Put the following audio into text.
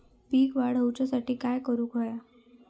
पीक वाढ होऊसाठी काय करूक हव्या?